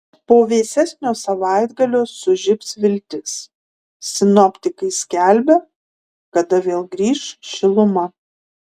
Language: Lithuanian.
po vėsesnio savaitgalio sužibs viltis sinoptikai skelbia kada vėl grįš šiluma